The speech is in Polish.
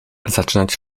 zaczynać